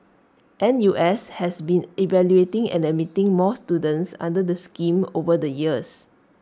N U S has been evaluating and admitting more students under the scheme over the years